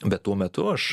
bet tuo metu aš